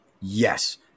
Yes